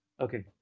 Okay